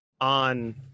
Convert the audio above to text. on